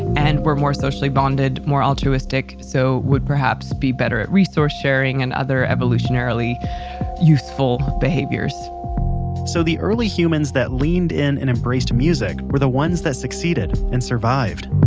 and were more socially bonded, more altruistic, so would perhaps be better at resource sharing and other evolutionarily youthful behaviors so the early humans that leaned in and embraced music were the ones that succeeded, and survived